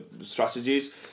strategies